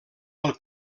del